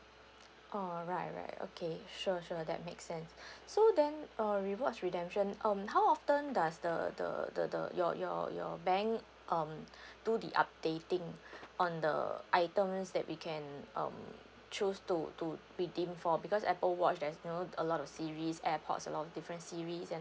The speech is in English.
oh right right okay sure sure that makes sense so then uh rewards redemption um how often does the the the the your your your bank um do the updating on the items that we can um choose to to redeem for because Apple watch there's you know a lot of series airpods a lot of different series and